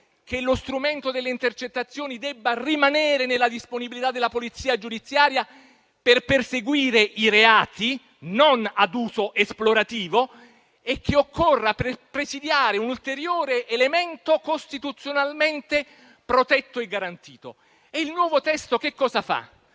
che lo strumento delle intercettazioni debba rimanere nella disponibilità della polizia giudiziaria per perseguire i reati, non ad uso esplorativo, e che occorra presidiare un ulteriore elemento costituzionalmente protetto e garantito. Il nuovo testo che cosa fa?